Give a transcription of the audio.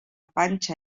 panxa